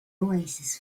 oasis